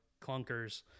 clunkers